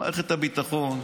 מערכת הביטחון,